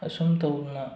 ꯑꯁꯨꯝ ꯇꯧꯅ